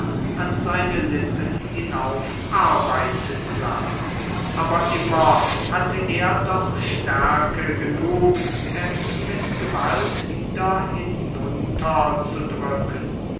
an seine lippen hinauf arbeiten sah aber immer hatte er doch stärke genug es mit gewalt wieder hinunter zu drücken